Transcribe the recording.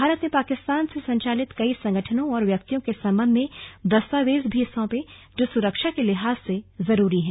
भारत ने पाकिस्तान से संचालित कई संगठनों और व्यक्तियों के संबंध में दस्तावेज भी सौंपे जो सुरक्षा के लिहाज से जरूरी हैं